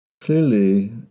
clearly